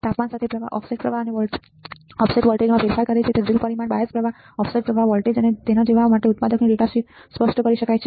તાપમાન સાથે પ્રવાહ ઓફસેટ પ્રવાહ અને ઓફસેટ વોલ્ટેજ ફેરફાર ડ્રિલ પરિમાણ બાયસ પ્રવાહ ઓફસેલ વોલ્ટેજ અને તેના જેવા માટે ઉત્પાદકની ડેટા શીટ સ્પષ્ટ કરી શકાય છે